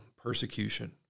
persecution